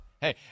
Hey